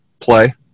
play